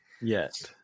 Yes